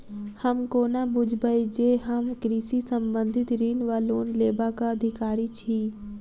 हम कोना बुझबै जे हम कृषि संबंधित ऋण वा लोन लेबाक अधिकारी छी?